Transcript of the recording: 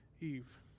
Eve